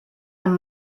amb